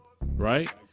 right